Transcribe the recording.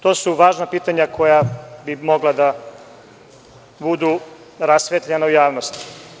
To su važna pitanja koja bi mogla da budu rasvetljena u javnosti.